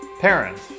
Parents